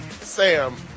Sam